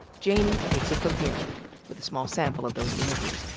janey takes it from here with a small sample of those interviews.